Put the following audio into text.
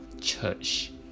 Church